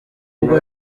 ubwo